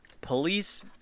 Police